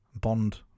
Bond